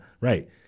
right